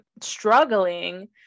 struggling